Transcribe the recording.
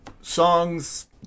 songs